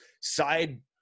side